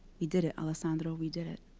we did it, alessandro. we did it.